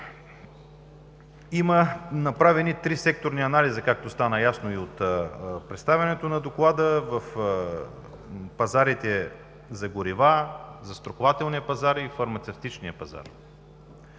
Има направени три секторни анализа, както стана ясно и от представянето на Доклада: пазарите за горива, застрахователния и фармацевтичния пазар.